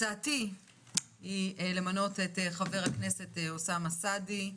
הצעתי היא למנות את חבר הכנסת אוסאמה סעדי,